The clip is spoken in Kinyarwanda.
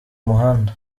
muhanda